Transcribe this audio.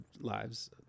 lives